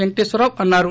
పెంకటేశ్వరరావు అన్నారు